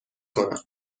کنم